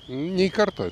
nei karto